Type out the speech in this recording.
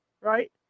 Right